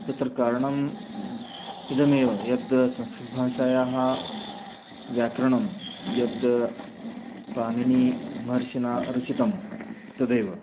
तत्र कारणम् इदमेव यद् संस्कृतभाषायाः व्याकरणं यद् पाणिनिमहर्षिणा रचितं तदेव